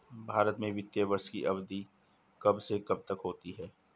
भारत में वित्तीय वर्ष की अवधि कब से कब तक होती है?